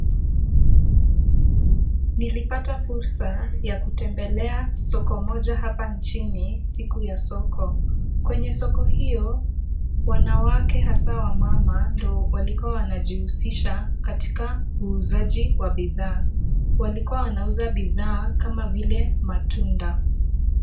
Nilipata fursa ya kutembelea soko moja hapa nchini siku ya soko. Kwenye soko hiyo, wanawake hasa wamama ndio walikua wanajihusisha katika uuzaji wa bidhaa. Walikua wanauza bidhaa kama vile matunda.